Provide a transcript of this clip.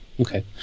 Okay